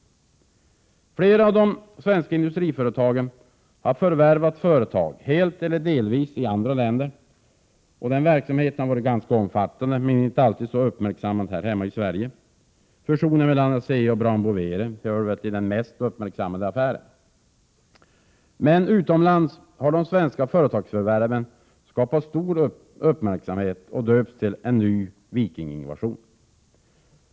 Flera av de svenska industriföretagen har förvärvat företag, helt eller delvis, i andra länder. Den verksamheten har varit ganska omfattande, men inte alltid så uppmärksammad här hemma i Sverige. Fusionen mellan Asea och Brown Boveri är en av de mest uppmärksammade affärerna. Utomlands har de svenska företagsförvärven skapat stor uppmärksamhet och de har döpts till ”en ny vikinginvasion”.